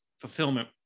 fulfillment